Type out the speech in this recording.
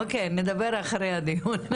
אוקיי, נדבר אחרי הדיון.